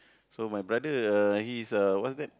so my brother uh he's uh what's that